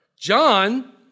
John